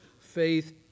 faith